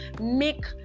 Make